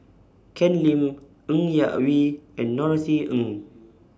Ken Lim Ng Yak Whee and Norothy Ng